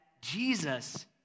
Jesus